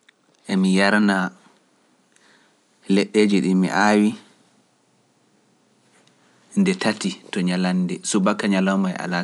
Emi yarna leɗeeji ɗi mi aawi nde tati (three) to ñalande subaka ñalawma alaasara.